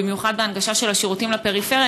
במיוחד בהנגשה של השירותים לפריפריה.